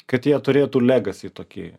kad jie turėtų legasį tokį